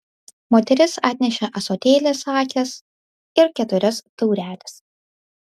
moteris atnešė ąsotėlį sakės ir keturias taureles